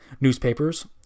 Newspapers